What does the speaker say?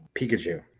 Pikachu